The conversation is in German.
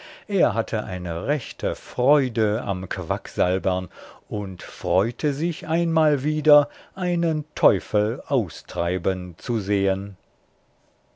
er hatte eine rechte freude am quacksalbern und freute sich einmal wieder einen teufel austreiben zu sehen